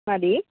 മതി